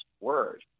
Word